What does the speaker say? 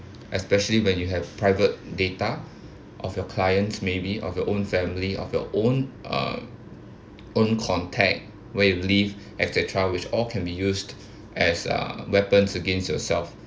especially when you have private data of your clients may be of your own family of your own um own contact where you live et cetera which all can be used as a weapon against yourself